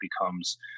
becomes